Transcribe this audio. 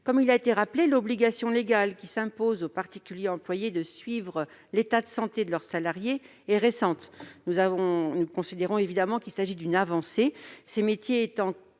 Cela a été rappelé, l'obligation légale qui s'impose aux particuliers employeurs de s'occuper du suivi médical de leurs salariés est récente. Nous considérons évidemment qu'il s'agit d'une avancée, ces métiers étant